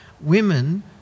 women